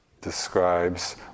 describes